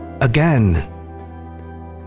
Again